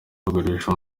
kugurisha